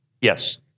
Yes